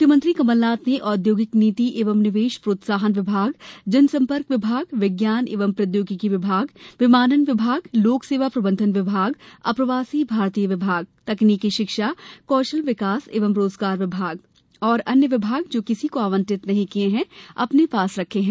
मुख्यमंत्री कमलनाथ ने औद्योगिक नीति एवं निवेश प्रोत्साहन विभाग जनसम्पर्क विभाग विज्ञान एवं प्रौद्योगिकी विभाग विमानन विभाग लोक सेवा प्रबंधन विभाग अप्रवासी भारतीय विभाग तकनीकी शिक्षा कौशल विकास एवं रोजगार विभाग और अन्य विभाग जो किसी को आवंटित नहीं किये गये हैं अपने पास रखे हैं